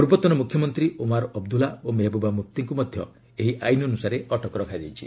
ପୂର୍ବତନ ମୁଖ୍ୟମନ୍ତ୍ରୀ ଓମାର ଅବଦୁଲା ଓ ମେହବୁବା ମୁଫ୍ତିଙ୍କୁ ମଧ୍ୟ ଏହି ଆଇନ୍ ଅନୁସାରେ ଅଟକ ରଖାଯାଇଛି